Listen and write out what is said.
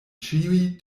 ĉiuj